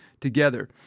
together